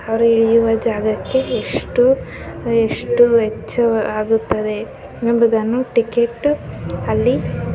ಅವರು ಇಳಿಯುವ ಜಾಗಕ್ಕೆ ಎಷ್ಟು ಎಷ್ಟು ವೆಚ್ಚವಾಗುತ್ತದೆ ಎಂಬುದನ್ನು ಟಿಕೇಟ್ ಅಲ್ಲಿ